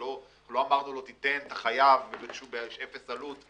לא אמרנו לו: תן, אתה חייב, יש בזה אפס עלות.